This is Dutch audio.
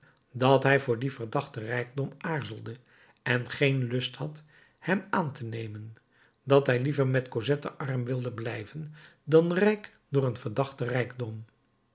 dat hij voor dien verdachten rijkdom aarzelde en geen lust had hem aan te nemen dat hij liever met cosette arm wilde blijven dan rijk door een verdachten rijkdom